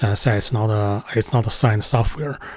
ah saying it's not ah it's not a signed software.